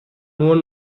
nur